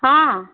ହଁ